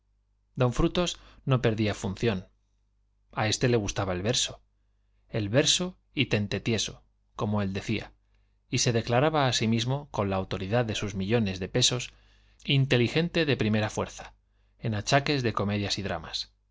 don frutos no perdía función a este le gustaba el verso el verso y tente tieso como él decía y se declaraba a sí mismo con la autoridad de sus millones de pesos inteligente de primera fuerza en achaques de comedias y dramas